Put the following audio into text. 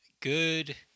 good